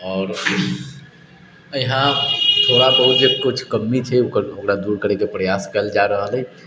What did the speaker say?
आओर यहाँ थोड़ा बहुत जे कुछ कमी छै ओकर ओकरा दूर करैके प्रयास कयल जा रहल अछि